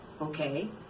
Okay